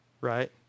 right